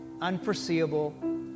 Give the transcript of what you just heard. unforeseeable